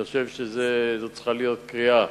אני חושב שזאת צריכה להיות קריאה